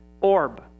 orb